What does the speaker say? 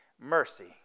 mercy